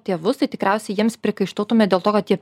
tėvus tai tikriausiai jiems priekaištautume dėl to kad jie